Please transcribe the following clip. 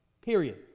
Period